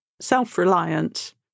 self-reliant